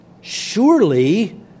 Surely